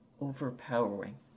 overpowering